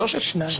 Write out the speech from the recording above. שלושתם.